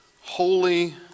holy